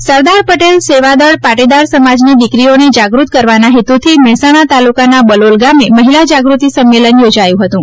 મહિલા જાગૃતિ સરદાર પટેલ સેવાદળ પાટીદાર સમાજની દીકરીઓને જાગૃત કરવાના હેતુથી મહેસાજ્ઞા તાલુકાના બલોલ ગામે મહિલા જાગૃતિ સંમેલન યોજાયું હતું